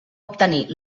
obtenir